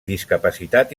discapacitat